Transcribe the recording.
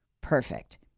perfect